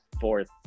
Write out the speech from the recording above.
fourth